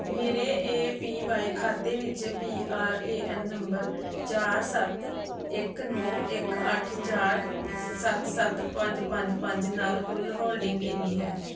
ਮੇਰੇ A P Y ਖਾਤੇ ਵਿੱਚ P R A N number ਚਾਰ ਸੱਤ ਇੱਕ ਨੌਂ ਇੱਕ ਅੱਠ ਚਾਰ ਸੱਤ ਸੱਤ ਪੰਜ ਪੰਜ ਪੰਜ ਨਾਲ ਕੁੱਲ ਹੋਲਡਿੰਗ ਕਿੰਨੀ ਹੈ